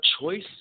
choice